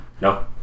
No